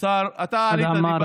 אתה עלית.